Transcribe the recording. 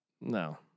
No